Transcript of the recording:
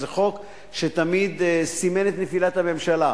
זה חוק שתמיד סימן את נפילת הממשלה.